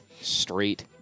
straight